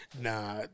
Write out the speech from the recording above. Nah